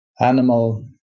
animal